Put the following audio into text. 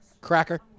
cracker